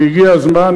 והגיע הזמן,